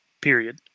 Period